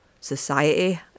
society